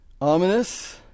ominous